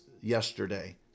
yesterday